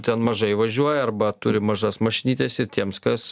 ten mažai važiuoja arba turi mažas mašinytes ir tiems kas